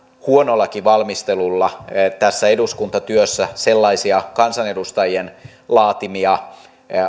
huonollakin valmistelulla tässä eduskuntatyössä sellaisia kansanedustajien laatimia